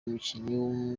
umukinnyi